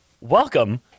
Welcome